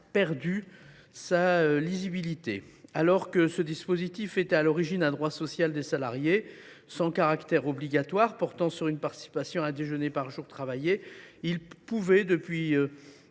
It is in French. perdu en lisibilité. Alors que celui ci était à l’origine un droit social des salariés, sans caractère obligatoire, portant sur une participation à un déjeuner par jour travaillé, il a pu,